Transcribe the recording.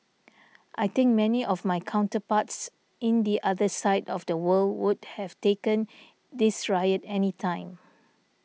I think many of my counterparts in the other side of the world would have taken this riot any time